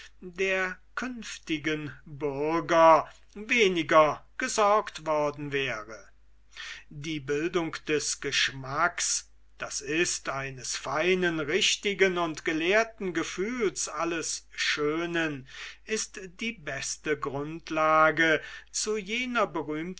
der künftigen bürger weniger gesorgt worden wäre die bildung des geschmacks d i eines feinen richtigen und gelehrten gefühls alles schönen ist die beste grundlage zu jener berühmten